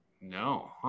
No